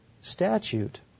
statute